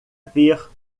ver